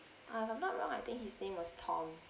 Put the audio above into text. uh if I'm not wrong I think his name was tom